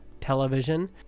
television